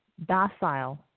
docile